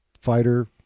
fighter